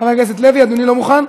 חבר הכנסת לוי, אדוני לא מוכן?